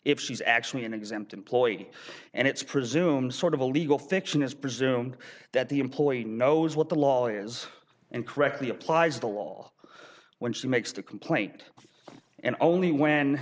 if she's actually an exempt employee and it's presume sort of a legal fiction is presumed that the employee knows what the law is and correctly applies the law when she makes the complaint and only when